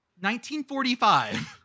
1945